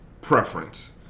preference